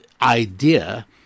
idea